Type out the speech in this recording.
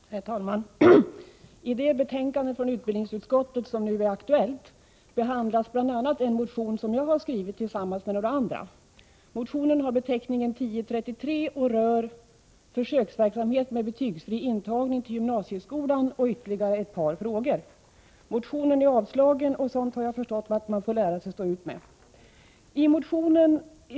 Herr talman! I det betänkande från utbildningsutskottet som nu är aktuellt behandlas bl.a. en motion som jag skrivit tillsammans med några andra ledamöter. Det är motion 1033, som rör försöksverksamhet med betygsfri intagning till gymnasieskolan — och ytterligare ett par frågor. Motionen är avstyrkt, och jag har förstått att man får lära sig att stå ut med sådant.